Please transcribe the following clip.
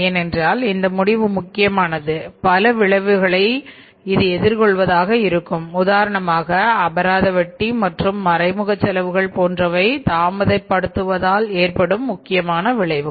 ஏனென்றால் இந்த முடிவு முக்கியமானது பல விளைவுகளை இது எதிர்கொள்வதாக இருக்கும் உதாரணமாக அபராத வட்டி மற்றும் மறைமுக செலவுகள் போன்றவை தாமதப் படுவதால் ஏற்படும் முக்கியமான விளைவுகள்